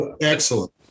excellent